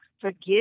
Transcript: forgive